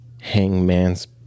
hangman's